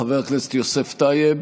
חבר הכנסת יוסף טייב,